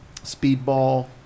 Speedball